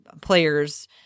players